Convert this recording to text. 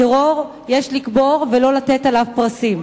טרור יש לקבור ולא לתת עליו פרסים.